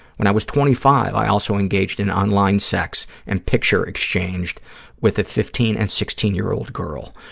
when i was twenty five, i also engaged in online sex and picture exchange with a fifteen and sixteen year old girl.